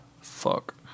Fuck